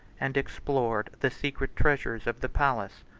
and explored the secret treasures of the palace,